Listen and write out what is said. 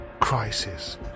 Crisis